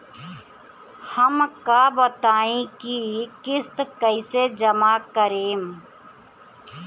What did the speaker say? हम का बताई की किस्त कईसे जमा करेम?